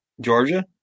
Georgia